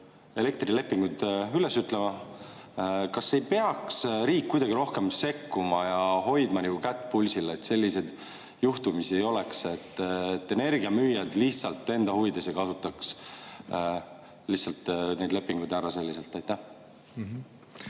elektrilepinguid üles ütlema. Kas ei peaks riik kuidagi rohkem sekkuma ja hoidma kätt pulsil, et selliseid juhtumeid ei oleks, et energiamüüjad lihtsalt enda huvides ei kasutaks neid lepinguid selliselt ära?